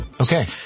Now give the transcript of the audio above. Okay